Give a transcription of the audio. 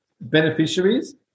beneficiaries